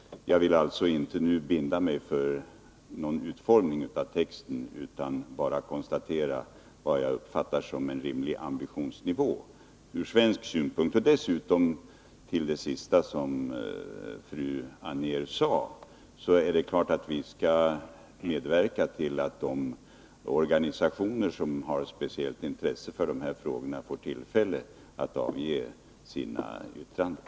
Jag vill alltså inte nu binda mig för någon utformning av texten, utan bara konstatera vad jag uppfattar som en rimlig ambitionsnivå från svensk synpunkt. Dessutom — som en kommentar till det sista fru Anér sade — är det klart att vi skall medverka till att de organisationer som har speciellt intresse för de här frågorna får tillfälle att avge sina yttranden.